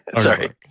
Sorry